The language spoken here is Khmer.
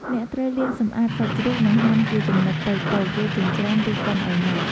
អ្នកត្រូវលាងសម្អាតសាច់ជ្រូក និងហាន់ជាចំណិតតូចៗ រួចចិញ្ច្រាំ ឬកិនឱ្យម៉ដ្ឋ។